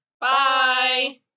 Bye